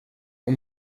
och